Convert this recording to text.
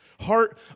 Heart